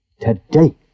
today